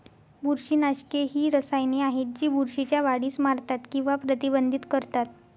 बुरशीनाशके ही रसायने आहेत जी बुरशीच्या वाढीस मारतात किंवा प्रतिबंधित करतात